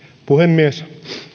puhemies